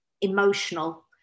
emotional